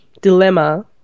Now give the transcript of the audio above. dilemma